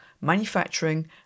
manufacturing